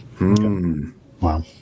Wow